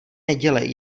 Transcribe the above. nedělej